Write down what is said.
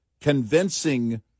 convincing